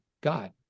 God